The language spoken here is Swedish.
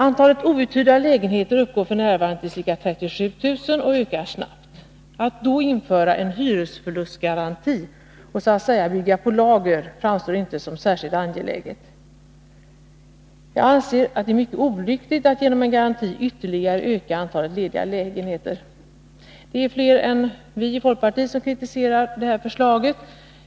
Antalet outhyrda lägenheter uppgår f. n. till ca 37 000 och ökar snabbt. Att då införa en hyresförlustgaranti och så att säga bygga på lager framstår inte som särskilt angeläget. Jag anser att det är mycket olyckligt att genom en garanti ytterligare öka antalet lediga lägenheter. Det är flera än vi i folkpartiet som kritiserar det här förslaget.